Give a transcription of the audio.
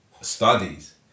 studies